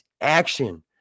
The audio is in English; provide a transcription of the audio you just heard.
Action